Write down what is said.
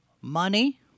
Money